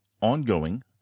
ongoing